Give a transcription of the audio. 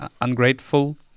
ungrateful